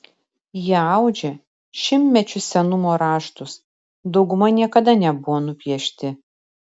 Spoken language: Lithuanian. jie audžia šimtmečių senumo raštus dauguma niekada nebuvo nupiešti